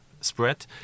spread